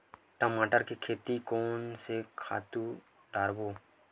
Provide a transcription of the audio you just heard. टमाटर के खेती कोन से खातु डारबो?